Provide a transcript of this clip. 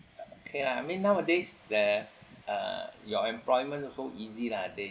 okay lah I mean nowadays there uh your employment also easy lah they